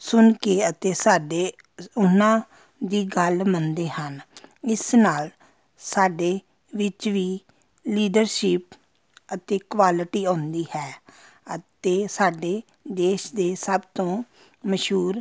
ਸੁਣ ਕੇ ਅਤੇ ਸਾਡੇ ਉਹਨਾਂ ਦੀ ਗੱਲ ਮੰਨਦੇ ਹਨ ਇਸ ਨਾਲ ਸਾਡੇ ਵਿੱਚ ਵੀ ਲੀਡਰਸ਼ਿਪ ਅਤੇ ਕੁਆਲਿਟੀ ਆਉਂਦੀ ਹੈ ਅਤੇ ਸਾਡੇ ਦੇਸ਼ ਦੇ ਸਭ ਤੋਂ ਮਸ਼ਹੂਰ